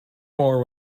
more